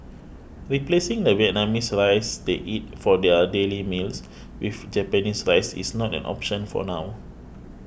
replacing the Vietnamese rice they eat for their daily meals with Japanese rice is not an option for now